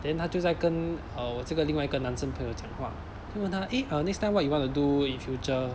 then 他就在跟 uh 我这个另外一个男生朋友讲话问他 eh uh next time what you want to do in future